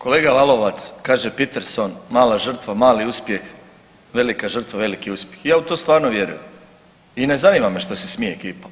Kolega Lalovac, kaže Peterson mala žrtva, mali uspjeh, velika žrtva veliki uspjeh i ja u to stvarno vjerujem i ne zanima me šta se smije ekipa.